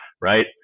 right